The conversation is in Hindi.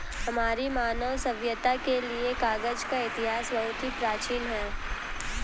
हमारी मानव सभ्यता के लिए कागज का इतिहास बहुत ही प्राचीन है